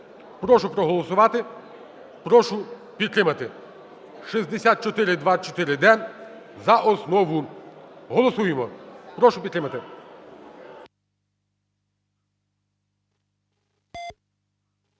Прошу проголосувати, прошу підтримати 6424-д за основу. Голосуємо. Прошу підтримати.